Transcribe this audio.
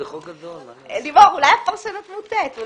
אולי הפרשנות מוטעית.